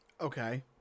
Okay